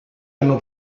hanno